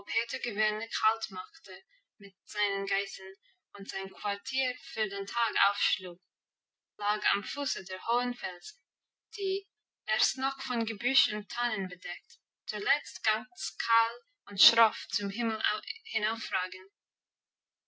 peter gewöhnlich halt machte mit seinen geißen und sein quartier für den tag aufschlug lag am fuße der hohen felsen die erst noch von gebüsch und tannen bedeckt zuletzt ganz kahl und schroff zum himmel